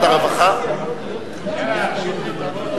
לא פורמלי במגזר הערבי,